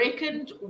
reckoned